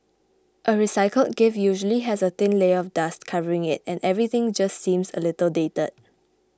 a recycled gift usually has a thin layer of dust covering it and everything just seems a little dated